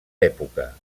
època